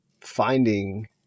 finding